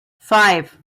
five